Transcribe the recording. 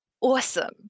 Awesome